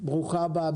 ברוכה הבאה.